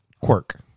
quirk